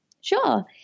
Sure